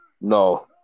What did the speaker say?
No